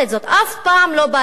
אף פעם לא בא אלינו,